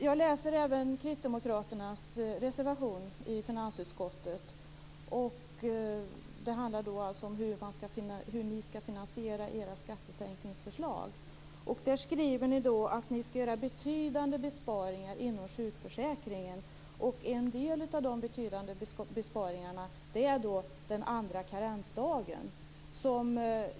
Jag läser även er reservation i finansutskottets betänkande. Det handlar om hur ni kristdemokrater skall finansiera era skattesänkningsförslag. Ni skriver att ni skall göra betydande besparingar inom sjukförsäkringen. En del av de betydande besparingarna är den andra karensdagen.